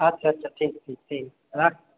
আচ্ছা আচ্ছা ঠিক ঠিক ঠিক রাখ